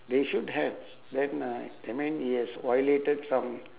they should have then uh that man he has violated some